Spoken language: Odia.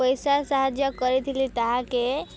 ପଇସା ସାହାଯ୍ୟ କରିଥିଲି ତାହାକେ